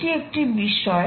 এটি একটি বিষয়